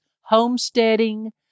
Homesteading